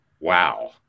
wow